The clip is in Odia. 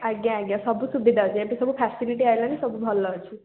ଆଜ୍ଞା ଆଜ୍ଞା ସବୁ ସୁବିଧା ଅଛି ଏଠି ସବୁ ଫାସିଲିଟି ଆସିଲାଣି ସବୁ ଭଲ ଅଛି